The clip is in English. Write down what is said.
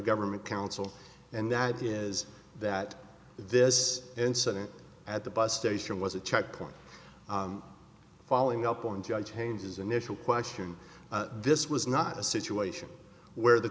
government counsel and that is that this incident at the bus station was a checkpoint following up on judge changes initial question this was not a situation where the